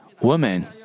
woman